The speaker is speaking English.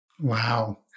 Wow